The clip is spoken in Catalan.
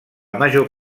major